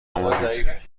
آمدید